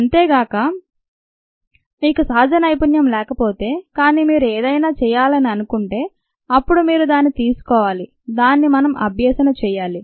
అంతేగాక మీకు సహజ నైపుణ్యం లేకపోతే కానీ మీరు ఏదైనా చేయాలని అనుకుంటే అప్పుడు మీరు దాని తీసుకోవాలి దాన్ని మనం అభ్యసన చేయాలి